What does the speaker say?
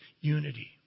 unity